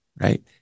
right